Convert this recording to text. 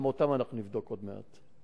גם אותם אנחנו נבדוק עוד מעט.